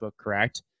Correct